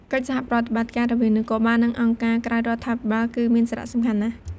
កិច្ចសហប្រតិបត្តិការរវាងនគរបាល និងអង្គការក្រៅរដ្ឋាភិបាលគឺមានសារៈសំខាន់ណាស់។